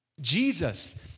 Jesus